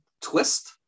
twist